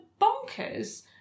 bonkers